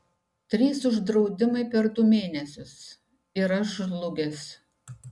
trys uždraudimai per du mėnesius ir aš žlugęs